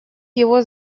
его